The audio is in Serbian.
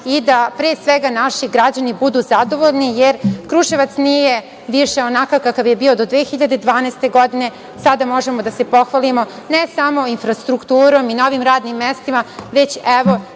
i da pre svega naši građani budu zadovoljni, jer Kruševac nije više onakav kakav je bio do 2012. godine. Sada možemo da se pohvalimo ne samo infrastrukturom i novim radnim mestima, već, evo